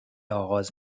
آغاز